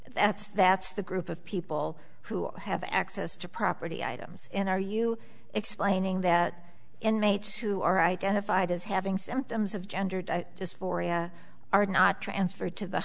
that's that's the group of people who have access to property items in our you explaining that inmates who are identified as having symptoms of gender dysphoria are not transferred to the